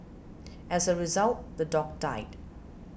as a result the dog died